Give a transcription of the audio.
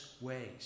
ways